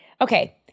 Okay